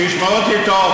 תשמעו אותי טוב,